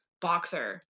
boxer